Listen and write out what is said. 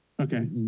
Okay